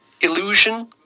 illusion